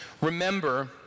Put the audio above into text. Remember